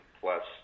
plus